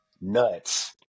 nuts